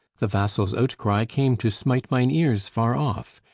the vassals' outcry came to smite mine ears far off.